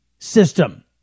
system